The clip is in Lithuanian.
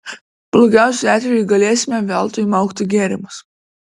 blogiausiu atveju galėsime veltui maukti gėrimus